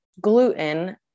gluten